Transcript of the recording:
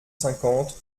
cinquante